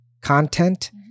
content